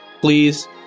please